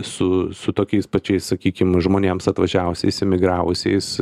su su tokiais pačiais sakykim žmonėms atvažiavusiais emigravusiais